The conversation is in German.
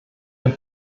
dem